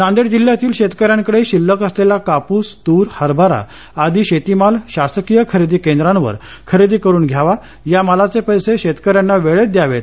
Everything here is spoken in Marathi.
नांदेड जिल्ह्यातील शेतकऱ्यांकडे शिल्लक असलेला कापूस तूर हरभरा आदि शेतीमाल शासकीय खरेदी केंद्रावर खरेदी करुन घ्यावा या मालाचे पैसे शेतकऱ्यांना वेळेत द्यावेत